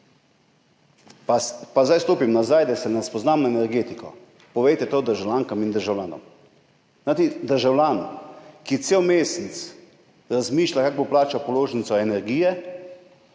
pa zdaj stopim nazaj, da se ne spoznam na energetiko, povejte to državljankam in državljanom. Državljan, ki cel mesec razmišlja, kako bo plačal položnico za energijo,